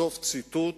סוף ציטוט